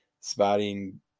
spotting